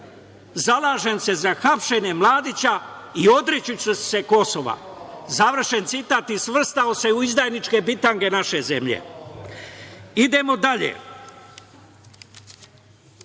„Zalažem se za hapšenje Mladića i odreći ću se Kosova“ i svrstao se u izdajničke bitange naše zemlje. Idemo dalje.